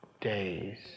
days